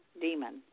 demon